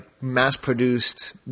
mass-produced